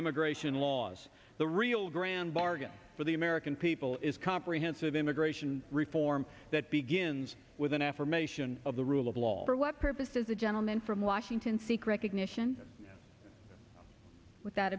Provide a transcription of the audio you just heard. immigration laws the real grand bargain for the american people is comprehensive immigration reform that begins with an affirmation of the rule of law for what purposes the gentleman from washington seek recognition with